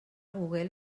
google